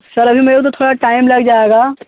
sir अभी मेरे को थोड़ा टाइम लग जाएगा